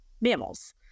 mammals